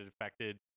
affected